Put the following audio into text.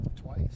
Twice